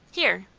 here!